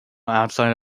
outside